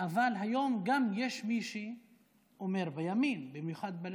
אבל היום יש גם מי שאומר בימין, במיוחד בליכוד,